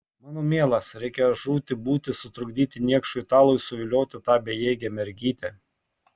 mano mielas reikia žūti būti sutrukdyti niekšui italui suvilioti tą bejėgę mergytę